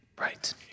Right